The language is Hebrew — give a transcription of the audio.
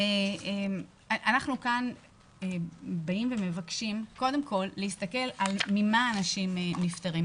אנחנו כאן באים ומבקשים קודם כל להסתכל ממה אנשים נפטרים.